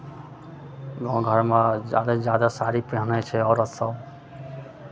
गाँव घरमे ज्यादासँ ज्यादा साड़ी पेहनै छै औरतसभ